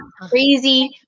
crazy